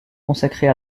consacrée